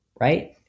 right